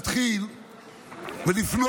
כמה בתי כנסת חרדיים סבלו בישראל כפשע שנאה?